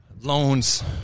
loans